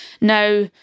Now